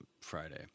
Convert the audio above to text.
Friday